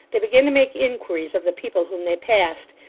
they began to make inquiries of the people whom they passed,